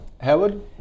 Howard